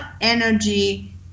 energy